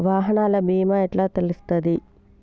వాహనాల బీమా ఎట్ల తెలుస్తది?